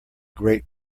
great